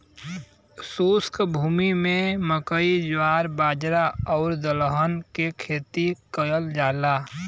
शुष्क भूमि में मकई, जवार, बाजरा आउर दलहन के खेती कयल जाला